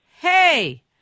hey